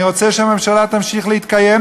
אני רוצה שהממשלה תמשיך להתקיים,